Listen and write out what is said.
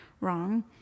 wrong